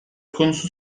konusu